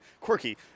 quirky